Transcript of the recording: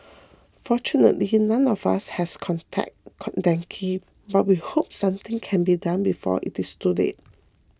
fortunately none of us has contracted dengue but we hope something can be done before it's too late